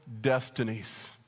destinies